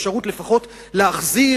אתה צריך לתת לו אפשרות לפחות להחזיר